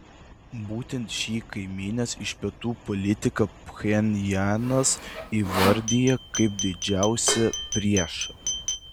būtent šį kaimynės iš pietų politiką pchenjanas įvardija kaip didžiausią priešą